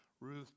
Ruth